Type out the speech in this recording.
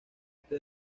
este